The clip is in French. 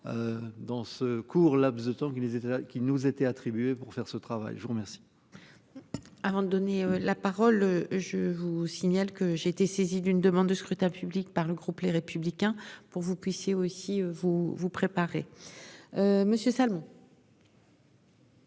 Dans ce court laps de temps qui les là qui nous a été attribué pour faire ce travail, je vous remercie. Avant de donner la parole. Je vous signale que j'ai été saisi d'une demande de scrutin public par le groupe Les Républicains pour vous puissiez aussi vous vous préparez. Monsieur Salmon.